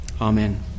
Amen